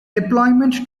deployments